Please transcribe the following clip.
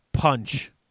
punch